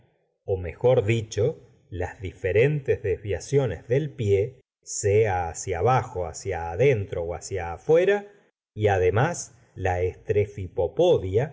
o mejor dicho las diferentes desviaciones del pie sea hacia abajo hacia adentro hacia á fuera y además la